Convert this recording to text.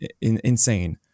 Insane